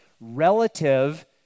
relative